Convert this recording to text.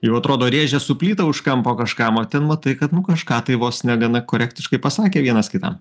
jau atrodo rėžė su plyta už kampo kažkam o ten matai kad nu kažką tai vos ne gana korektiškai pasakė vienas kitam